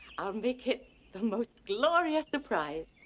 i'll make it the most glorious surprise.